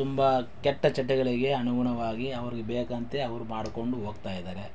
ತುಂಬ ಕೆಟ್ಟ ಚಟಗಳಿಗೆ ಅನುಗುಣವಾಗಿ ಅವರಿಗೆ ಬೇಕಂತೆ ಅವರು ಮಾಡ್ಕೊಂಡು ಹೋಗ್ತಾಯಿದ್ದಾರೆ